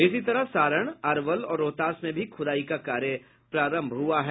इसी तरह सारण अरवल और रोहतास में भी खुदाई का कार्य प्रारंभ हुआ है